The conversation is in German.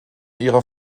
ihrer